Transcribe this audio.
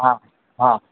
હા હા